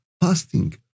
fasting